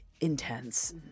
intense